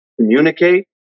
communicate